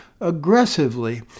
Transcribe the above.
aggressively